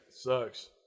Sucks